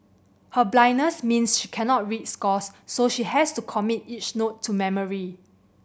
her blindness means she cannot read scores so she has to commit each note to memory